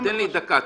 תן לי דקה.